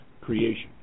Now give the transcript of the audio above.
creation